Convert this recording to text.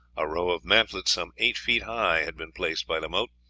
a row of mantlets some eight feet high had been placed by the moat,